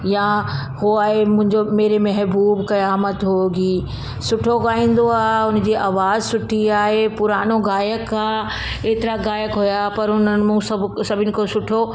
या हो आहे मुंहिंजो मेरे महबूब क़यामात होगी सुठो ॻाईंदो आहे उनजी आवाज सुठी आहे पुराणो गायक आहे एतिरा गायक हुया पर हुननि मूं सभु सभिनि खो सुठो